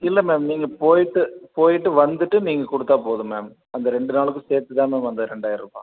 இல்லை மேம் நீங்கள் போய்விட்டு போய்விட்டு வந்துட்டு நீங்கள் கொடுத்தா போதும் மேம் அந்த ரெண்டு நாளுக்கும் சேர்த்துதான் மேம் அந்த ரெண்டாயிரம் ரூபாய்